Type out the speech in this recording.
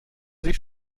sich